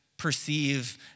perceive